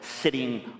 sitting